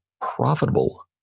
profitable